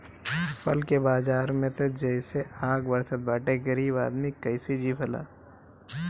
फल के बाजार में त जइसे आग बरसत बाटे गरीब आदमी कइसे जी भला